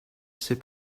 ses